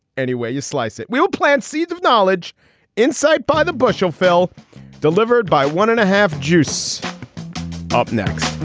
any way you slice it. we'll plant seeds of knowledge inside by the bushel. phil delivered by one and a half juice up next